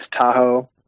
Tahoe